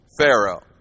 Pharaoh